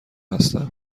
هستم